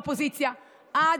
הזאת.